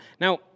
Now